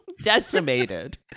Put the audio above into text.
decimated